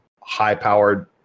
high-powered